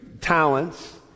talents